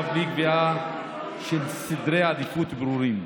ובלי קביעה של סדרי עדיפויות ברורים.